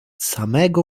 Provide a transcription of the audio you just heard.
samego